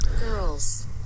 Girls